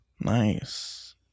Nice